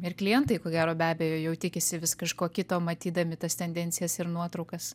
ir klientai ko gero be abejo jau tikisi vis kažko kito matydami tas tendencijas ir nuotraukas